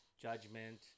judgment